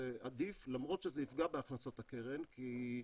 זה עדיף, למרות שזה יפגע בהכנסות הקרן, כי,